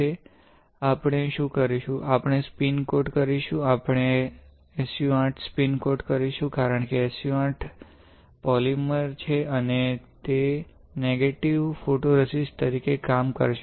છે આપણે શુ કરીશું આપણે સ્પિન કોટ કરીશું આપણે SU 8 સ્પિન કોટ કરીશું કારણ કે SU 8 પોલિમર છે અને તે નેગેટિવ ફોટોરેઝિસ્ટ તરીકે કામ કરશે